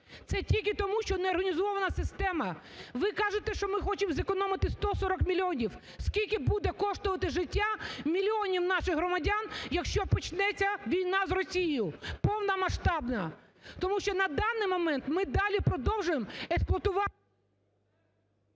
Це тільки тому, що не організована система. Ви кажете, що ми хочемо зекономити 140 мільйонів. Скільки буде коштувати життя мільйонів наших громадян, якщо почнеться війна з Росією повна масштабна?! Тому що на даний момент ми далі продовжуємо експлуатувати…